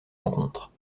rencontres